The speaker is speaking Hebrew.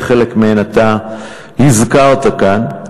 וחלק מהן אתה הזכרת כאן,